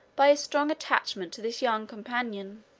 by his strong attachment to this young companion.